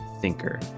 thinker